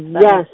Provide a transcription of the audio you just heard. Yes